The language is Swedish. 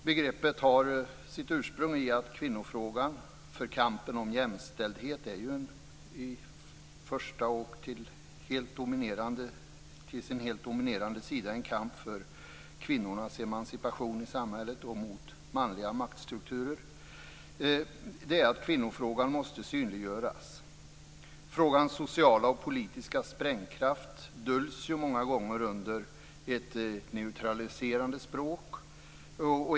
Begreppet har sitt ursprung i att kvinnofrågan - kampen om jämställdhet är ju till den helt dominerande delen en kamp för kvinnornas emancipation i samhället och mot manliga maktstrukturer - måste synliggöras. Frågans sociala och politiska sprängkraft döljs många gånger bakom ett neutraliserande språk.